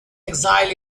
exile